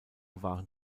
waren